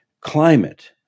climate